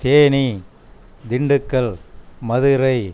Theni Dindigul Madurai